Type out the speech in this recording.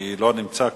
כי הוא לא נמצא כאן.